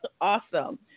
Awesome